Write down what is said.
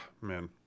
man